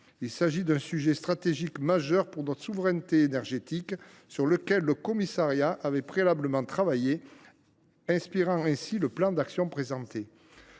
Il s’agit d’un sujet stratégique majeur pour notre souveraineté énergétique, sur lequel le Haut Commissariat avait préalablement travaillé, inspirant ainsi le plan d’action présenté.